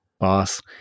boss